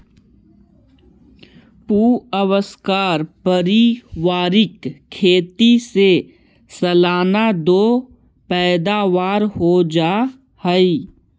प्अक्सर पारिवारिक खेती से सालाना दो पैदावार हो जा हइ